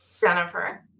Jennifer